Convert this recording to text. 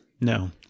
No